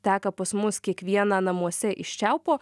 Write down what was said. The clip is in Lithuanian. teka pas mus kiekvieną namuose iš čiaupo